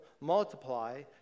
multiply